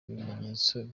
bimenyetso